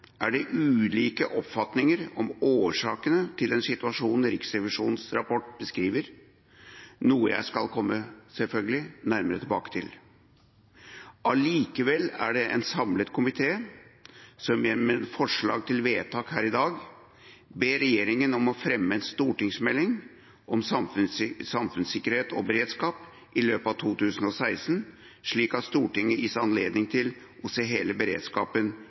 er det ulike oppfatninger om årsakene til den situasjonen Riksrevisjonens rapport beskriver, noe jeg selvfølgelig skal komme nærmere tilbake til. Allikevel er det en samlet komité som fremmer forslag til vedtak her i dag om å be regjeringa fremme en stortingsmelding om samfunnssikkerhet og beredskap i løpet av 2016, slik at Stortinget gis anledning til å se hele beredskapen